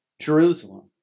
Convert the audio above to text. Jerusalem